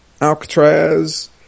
Alcatraz